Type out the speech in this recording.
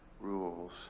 rules